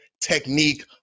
technique